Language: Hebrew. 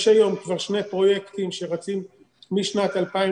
יש היום כבר שני פרויקטים שרצים משנת 2005